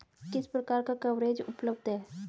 किस प्रकार का कवरेज उपलब्ध है?